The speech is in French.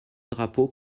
drapeau